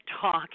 talk